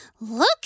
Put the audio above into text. look